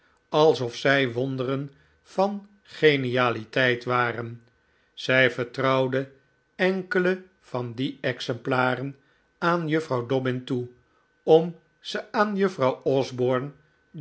alsof zij wonderen van genialiteit waren zij vertrouwde enkele van die exemplaren aan juffrouw dobbin toe om ze aan juffrouw osborne